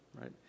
right